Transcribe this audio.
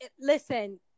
listen